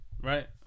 Right